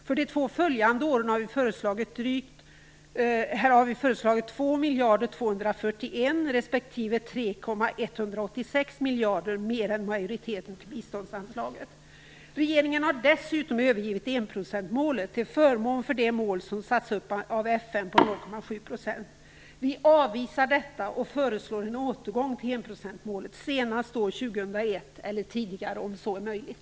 För de två följande åren har vi föreslagit 2,241 miljarder respektive Regeringen har dessutom övergivit enprocentsmålet till förmån för det mål som har satts upp av FN på 0,7 %. Vi avvisar detta och föreslår en återgång till enprocentsmålet senast år 2001, eller tidigare om så är möjligt.